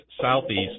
southeast